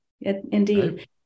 indeed